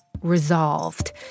Resolved